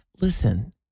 Listen